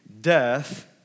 death